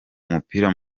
umupira